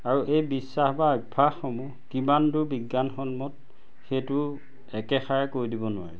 আৰু এই বিশ্বাস বা অভ্যাসসমূহ কিমান দূৰ বিজ্ঞানসন্মত সেইটো একেষাৰে কৈ দিব নোৱাৰি